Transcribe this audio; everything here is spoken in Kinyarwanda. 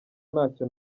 ntacyo